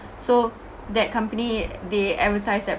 so that company they advertise their